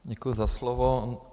Děkuji za slovo.